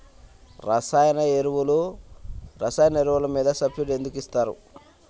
రసాయన ఎరువులు మీద సబ్సిడీ ఎందుకు ఇస్తారు?